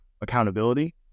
accountability